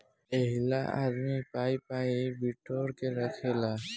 एहिला आदमी पाइ पाइ बिटोर के रखेला